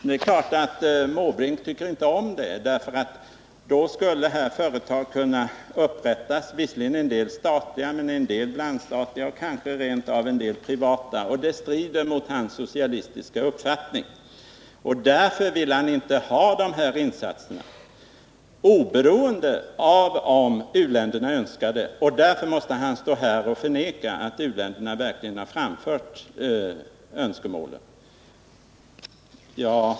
Detta faktum tycker naturligtvis inte Bertil Måbrink om, för det innebär att man vid sidan av statliga eller blandstatliga företag rent av skulle kunna etablera privatägda företag, och det strider mot hans socialistiska uppfattning. Därför vill han inte ha dessa insatser — oberoende av om u-länderna önskar det — och därför måste han stå här och förneka att u-länderna verkligen har framfört önskemål av det här slaget.